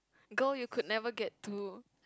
girl you could never get to